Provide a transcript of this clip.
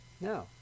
no